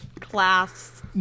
class